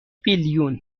بیلیون